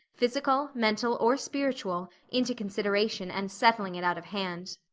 physical, mental or spiritual, into consideration and settling it out of hand.